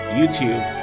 YouTube